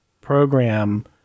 program